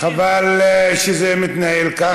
חבל שזה מתנהל ככה.